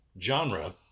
genre